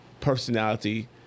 personality